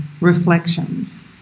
reflections